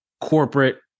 corporate